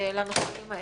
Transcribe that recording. לנושאים האלה.